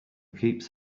keeps